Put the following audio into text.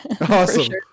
Awesome